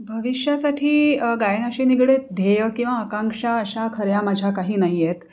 भविष्यासाठी गायनाशी निगडीत ध्येय किंवा आकांक्षा अशा खऱ्या माझ्या काही नाही आहेत